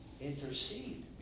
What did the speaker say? intercede